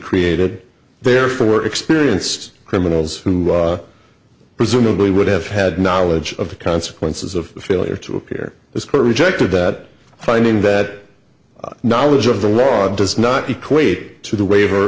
created therefore experienced criminals who presumably would have had knowledge of the consequences of failure to appear this court rejected that finding that knowledge of the law does not equate to the waiver